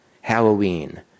Halloween